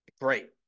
great